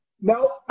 No